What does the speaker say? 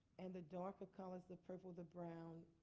and the darker colors, the purple, the brown,